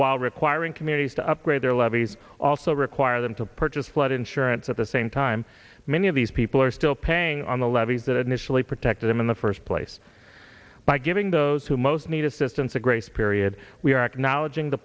while requiring communities to upgrade their levies also require them to purchase flood insurance at the same time many of these people are still paying on the levees that initially protected them in the first place by giving those who most need assistance a grace period we are acknowledging the